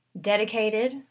Dedicated